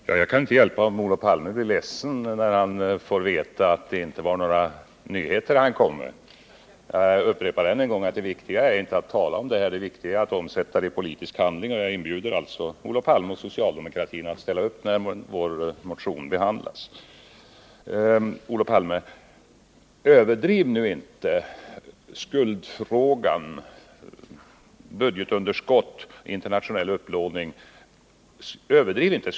Herr talman! Jag kan inte hjälpa om Olof Palme blir ledsen, när han får veta att han inte kom med några nyheter. Jag upprepar än en gång att det viktiga inte är att tala om detta utan att omsätta det i politisk handling. Jag inbjuder alltså Olof Palme och socialdemokratin att ställa upp när vår motion behandlas. Överdriv nu inte, Olof Palme, skuldbördan när det gäller budgetunderskott och internationell upplåning.